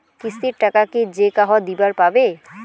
কিস্তির টাকা কি যেকাহো দিবার পাবে?